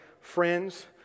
friends